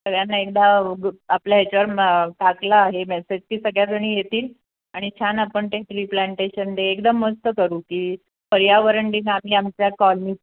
सगळ्यांना एकदा आपल्या ह्याच्यावर टाकला हे मेसेज की सगळ्याजणी येतील आणि छान आपण ते ट्री प्लांटेशन डे एकदम मस्त करू की पर्यावरण दिन आम्ही आमच्या कॉलनीत